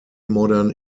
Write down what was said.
modern